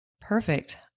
Perfect